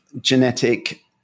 genetic